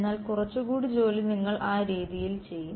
എന്നാൽ കുറച്ചുകൂടി ജോലി നിങ്ങൾ ആ രീതിയിൽ ചെയ്യും